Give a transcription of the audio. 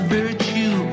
virtue